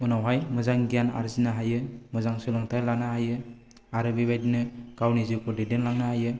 उनावहाय मोजां गियान आरजिनो हायो मोजां सोलोंथाइ लानो हायो आरो बेबायदिनो गावनि जिउखौ दैदेनलांनो हायो